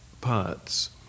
parts